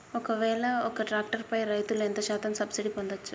ఒక్కవేల ఒక్క ట్రాక్టర్ పై రైతులు ఎంత శాతం సబ్సిడీ పొందచ్చు?